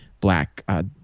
black –